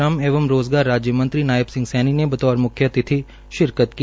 श्रम एवं रोज़गार राज्य मंत्री नायब सिंह सब्बी ने बतौर म्ख्य अतिथि शिरकत की